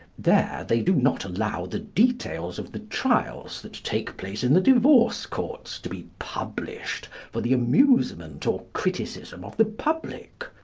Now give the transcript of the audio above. there they do not allow the details of the trials that take place in the divorce courts to be published for the amusement or criticism of the public.